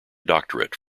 doctorate